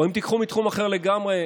או אם תיקחו מתחום אחר לגמרי,